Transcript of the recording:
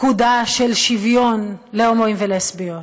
פקודה של שוויון להומואים ולסביות.